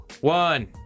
one